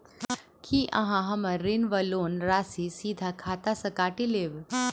की अहाँ हम्मर ऋण वा लोन राशि सीधा खाता सँ काटि लेबऽ?